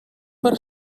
per